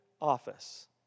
office